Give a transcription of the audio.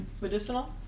Medicinal